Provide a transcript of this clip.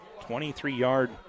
23-yard